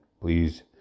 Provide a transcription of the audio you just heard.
please